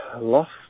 lost